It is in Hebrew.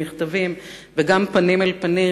במכתבים וגם פנים אל פנים,